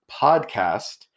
Podcast